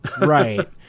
right